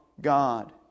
God